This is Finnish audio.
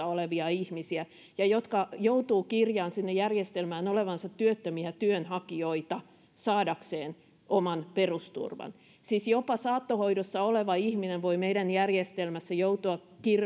olevia ihmisiä ja jotka joutuvat kirjaamaan sinne järjestelmään olevansa työttömiä työnhakijoita saadakseen oman perusturvan siis jopa saattohoidossa oleva ihminen voi meidän järjestelmässä joutua